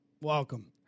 Welcome